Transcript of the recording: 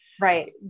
right